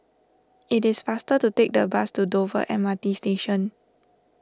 it is faster to take the bus to Dover M R T Station